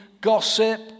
gossip